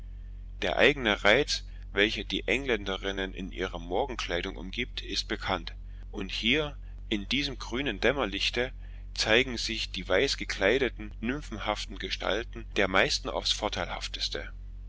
der eigene reiz welcher die engländerinnen in ihrer morgenkleidung umgibt ist bekannt und hier in diesem grünen dämmerlichte zeigen sich die weiß gekleideten nymphenhaften gestalten der meisten auf's vorteilhafteste